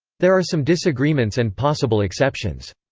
there are some disagreements and possible exceptions.